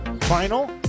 final